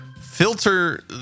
filter